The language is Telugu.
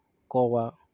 కోవా